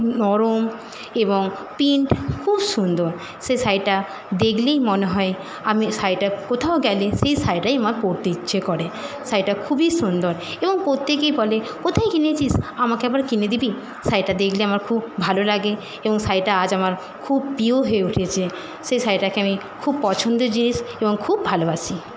নরম এবং প্রিন্ট খুব সুন্দর সেই শাড়িটা দেখলেই মনে হয় আমি শাড়িটা কোথাও গেলে সেই শাড়িটায় আমার পরতে ইচ্ছে করে শাড়িটা খুবই সুন্দর এবং প্রত্যেকেই বলে কোথায় কিনেছিস আমাকে একবার কিনে দিবি শাড়িটা দেখলে আমার খুব ভালো লাগে এবং শাড়িটা আজ আমার খুব প্রিয় হয়ে উঠেছে সেই শাড়িটাকে আমি খুব পছন্দের জিনিস এবং খুব ভালোবাসি